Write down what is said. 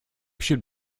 should